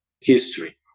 history